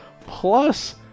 plus